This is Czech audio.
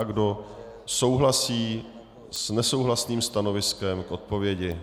Kdo souhlasí s nesouhlasným stanoviskem k odpovědi?